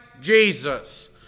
Jesus